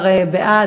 11 בעד,